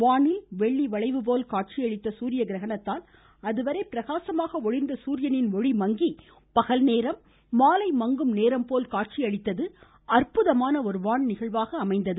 வானில் வெள்ளி வளைவு போல காட்சியளித்த சூரிய கிரகணத்தால் அதுவரை பிரகாசமாக ஒளிா்ந்த சூரியனின் ஒளி மங்கி பகல்நேரம் மாலை மங்கும் நேரம் போல் காட்சியளித்தது அற்புதமான ஒரு வான் நிகழ்வாக அமைந்தது